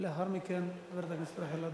ולאחר מכן חברת הכנסת רחל אדטו.